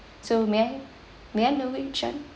so may I may I know which one